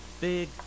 big